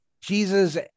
Jesus